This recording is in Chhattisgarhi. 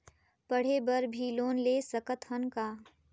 पढ़े बर भी लोन ले सकत हन का?